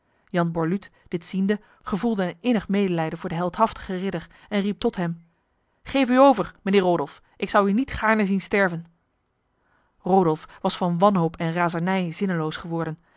jan borluut dit ziende gevoelde een innig medelijden voor de heldhaftige ridder en riep tot hem geef u over mijnheer rodolf ik zou u niet gaarne zien sterven rodolf was van wanhoop en razernij zinneloos geworden